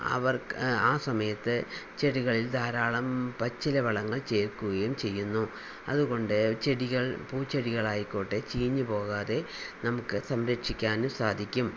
അവർക്ക് ആ സമയത്ത് ചെടികളിൽ ധാരാളം പച്ചില വളങ്ങൾ ചേർക്കുകയും ചെയ്യുന്നു അതുകൊണ്ട് ചെടികൾ പൂച്ചെടികളായിക്കോട്ടെ ചീഞ്ഞു പോകാതെ നമുക്ക് സംരക്ഷിക്കാനും സാധിക്കും